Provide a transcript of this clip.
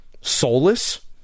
soulless